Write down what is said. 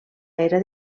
era